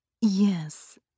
Yes